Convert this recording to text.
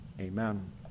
Amen